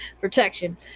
protection